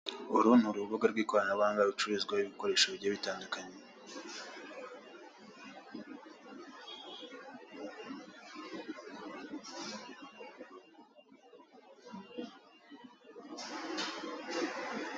Uru ni urubuga rw'ikoranabuhanga rucururizwaho ibikoresho bitandukanye.